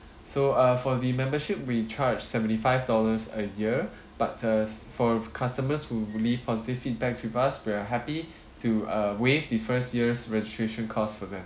so uh for the membership we charge seventy five dollars a year but uh s~ for customers who leave positive feedbacks with us we are happy to uh waive the first year's registration cost for them